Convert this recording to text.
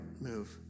move